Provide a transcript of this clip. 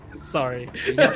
Sorry